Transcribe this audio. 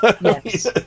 Yes